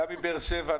אתה מבאר שבע.